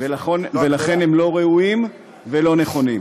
ולכן הם לא ראויים ולא נכונים.